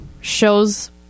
shows